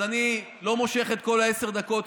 אז אני לא מושך את כל עשר הדקות,